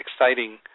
exciting